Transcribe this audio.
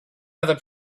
other